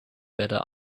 better